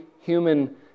Human